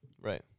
Right